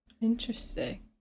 Interesting